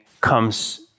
comes